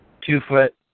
two-foot